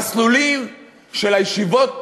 במסלולים של הישיבות,